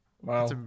Wow